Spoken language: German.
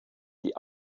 die